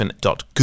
dot